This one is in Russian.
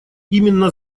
именно